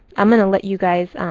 i'm going to let you guys